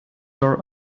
door